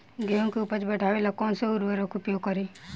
गेहूँ के उपज बढ़ावेला कौन सा उर्वरक उपयोग करीं?